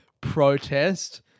protest